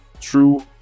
True